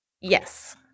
Yes